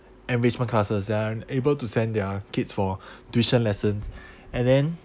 enrichment classes they are unable to send their kids for tuition lessons and then